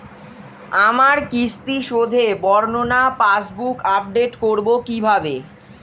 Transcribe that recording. আমার কিস্তি শোধে বর্ণনা পাসবুক আপডেট করব কিভাবে?